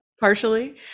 partially